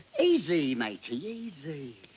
easy, matey, easy.